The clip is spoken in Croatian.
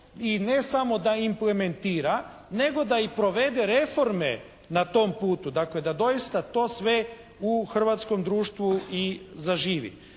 i ne samo da implementira nego i da provede reforme na tom putu. Dakle da doista to sve u hrvatskom društvu i zaživi.